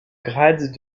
grade